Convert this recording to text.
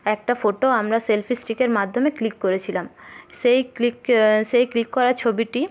একটা ফোটো আমরা সেলফিস্টিকের মাধ্যমে ক্লিক করেছিলাম সেই ক্লিক সেই ক্লিক করা ছবিটি